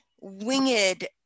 winged